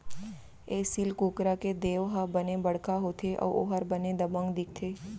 एसील कुकरा के देंव ह बने बड़का होथे अउ ओहर बने दबंग दिखथे